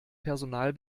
personal